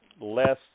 Less